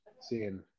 seeing